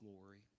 glory